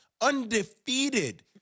undefeated